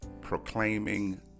proclaiming